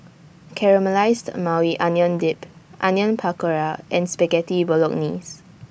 Caramelized Maui Onion Dip Onion Pakora and Spaghetti Bolognese